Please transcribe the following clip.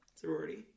Sorority